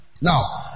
Now